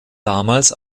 damals